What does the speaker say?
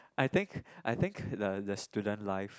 I think I think the the student life